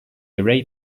array